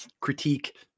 critique